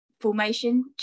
formation